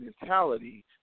mentality